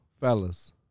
fellas